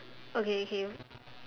okay okay